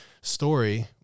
story